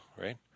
right